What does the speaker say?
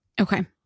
Okay